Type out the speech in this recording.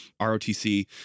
ROTC